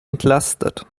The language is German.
entlastet